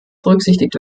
berücksichtigt